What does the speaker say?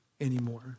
anymore